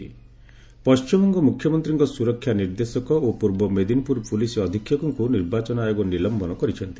ପଶ୍ଚିମବଙ୍ଗ ମୁଖ୍ୟମନ୍ତ୍ରୀଙ୍କ ସୁରକ୍ଷା ନିର୍ଦ୍ଦେଶକ ଓ ପୂର୍ବ ମେଦିନୀପୁର ପୁଲିସ ଅଧୀକ୍ଷକଙ୍କୁ ନିର୍ବାଚନ ଆୟୋଗ ନିଲମ୍ବନ କରିଛନ୍ତି